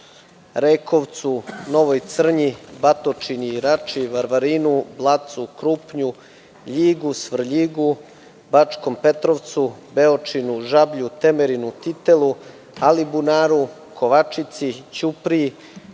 Rejkovcu, Novoj Crnji, Batočini, Rači, Varvarinu, Blacu, Krupnju, Ljigu, Svrljigu, Bačkom Petrovcu, Beočinu, Žablju, Temerinu, Titelu, Alibunaru, Kovačici, Ćupriji,